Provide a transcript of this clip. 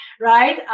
right